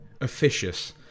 officious